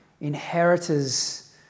inheritors